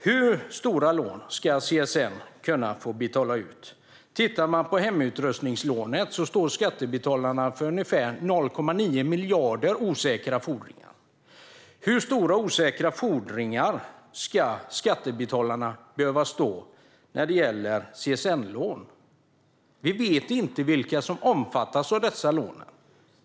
Hur stora lån ska CSN kunna få betala ut? Vad gäller hemutrustningslån står skattebetalarna för ungefär 0,9 miljarder i osäkra fordringar. Hur stora osäkra fordringar ska skattebetalarna behöva stå för när det gäller CSN-lån? Vi vet inte vilka som omfattas av dessa lån.